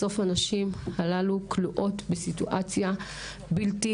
בסוף הנשים הללו כלואות בסיטואציה בלתי